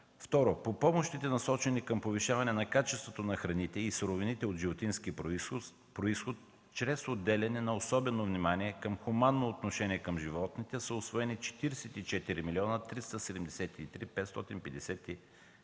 от 27 млн. лв.; – насочени към повишаване качеството на храните и суровините от животински произход, чрез отделяне на особено внимание към хуманно отношение към животните са усвоени 44 млн. 373 хил.